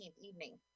evening